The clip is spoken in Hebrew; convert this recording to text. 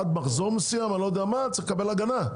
עד מחזור מסוים, צריך לקבל הגנה.